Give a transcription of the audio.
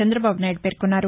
చందబాబు నాయుడు పేర్కొన్నారు